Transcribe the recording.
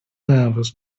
nervous